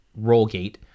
Rollgate